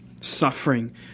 suffering